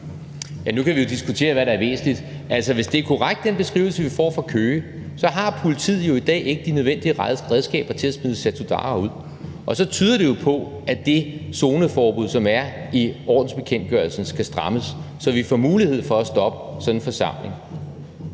(V): Nu kan vi jo diskutere, hvad der er væsentligt. Altså, hvis den beskrivelse, vi får fra Køge, er korrekt, har politiet jo i dag ikke de nødvendige redskaber til at smide Satudarah ud, og så tyder det på, at det zoneforbud, som er i ordensbekendtgørelsen, skal strammes, så vi får mulighed for at stoppe sådan en forsamling.